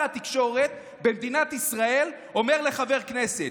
התקשורת במדינת ישראל אומר לחבר כנסת.